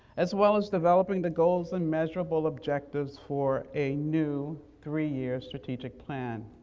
as well as developing the goals and measurable objectives for a new three-year strategic plan.